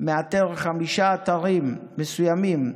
מאתר חמישה אתרים מסוימים,